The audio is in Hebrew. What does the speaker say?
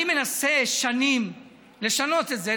אני מנסה שנים לשנות את זה,